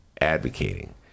advocating